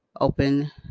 open